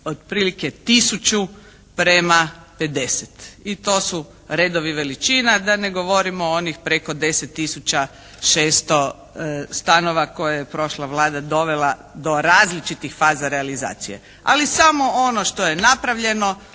otprilike tisuću prema 50 i to su redovi veličina, da ne govorimo onih preko 10 tisuća 600 stanova koje je prošla Vlada dovela do različitih faza realizacije. Ali samo ono što je napravljeno